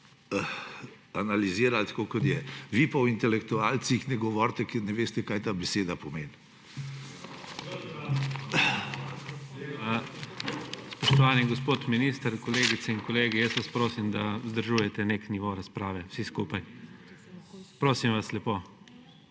analizirali, tako kot je. Vi pa o intelektualcih ne govorite, ker ne veste, kaj ta beseda pomeni. **PREDSEDNIK IGOR ZORČIČ:** Spoštovani gospod minister, kolegice in kolegi, jaz vas prosim, da vzdržujete nek nivo razprave vsi skupaj, prosim vas lepo!